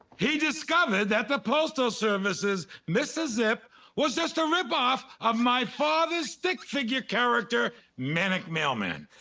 he discovered that the postal service's mr. zip was just a rip-off of my father's stick figure character manic mailman.